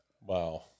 Wow